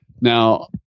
Now